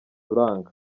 uranga